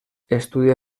estudià